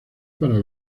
para